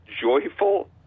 joyful